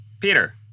Peter